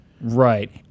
Right